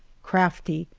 crafty,